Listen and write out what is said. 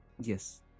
Yes